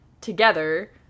together